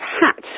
hat